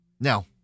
Now